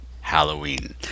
Halloween